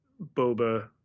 Boba